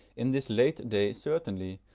in this late day certainly,